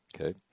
Okay